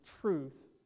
truth